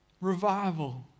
revival